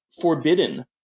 forbidden